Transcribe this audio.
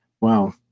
Wow